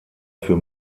für